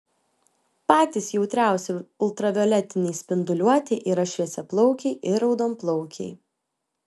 patys jautriausi ultravioletinei spinduliuotei yra šviesiaplaukiai ir raudonplaukiai